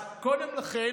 אז קודם לכן,